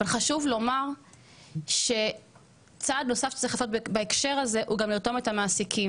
אבל חשוב לומר שצעד נוסף שצריך לעשות בהקשר הזה הוא לתרום את המעסקים.